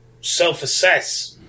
self-assess